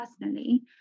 personally